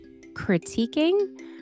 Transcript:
critiquing